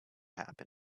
happen